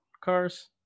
cars